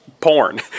porn